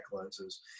lenses